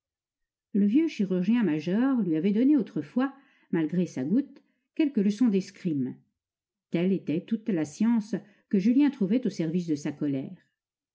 le vieux chirurgien-major lui avait donné autrefois malgré sa goutte quelques leçons d'escrime telle était toute la science que julien trouvait au service de sa colère